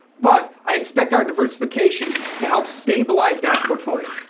but i expect our diversification to help stabilize that portfolio.